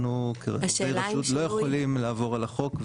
אנחנו, כעובדי רשות, לא יכולים לעבור על החוק.